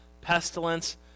pestilence